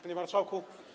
Panie Marszałku!